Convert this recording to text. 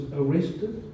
arrested